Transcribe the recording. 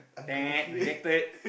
rejected